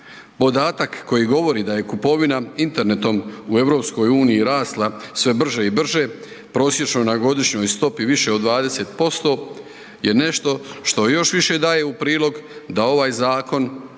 Podatak koji govori da je kupovina internetom u EU rasla sve brže i brže, prosječno na godišnjoj stopi više od 20% je nešto što još više daje u prilog da ovaj zakon